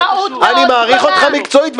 אני מעריך אותך מקצועית,